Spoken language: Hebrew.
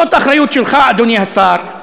זאת אחריות שלך, אדוני השר.